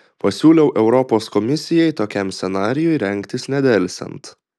pasiūliau europos komisijai tokiam scenarijui rengtis nedelsiant